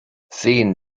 sehen